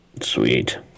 Sweet